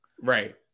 Right